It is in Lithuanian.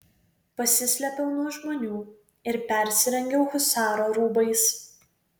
pasislėpiau nuo žmonių ir persirengiau husaro rūbais